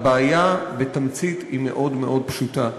הבעיה בתמצית היא מאוד מאוד פשוטה: